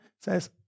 says